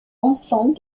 ensemble